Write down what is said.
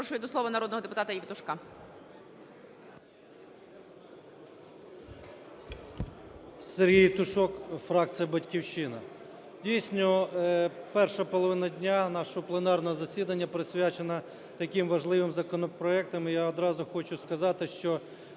Дійсно, перша половина дня нашого пленарного засідання присвячена таким важливим законопроектам.